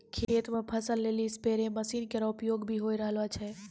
खेत म फसल लेलि स्पेरे मसीन केरो उपयोग भी होय रहलो छै